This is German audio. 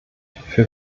für